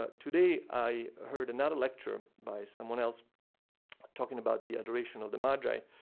ah today i heard another lecture by someone else talking about the adoration of the magi.